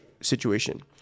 situation